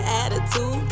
attitude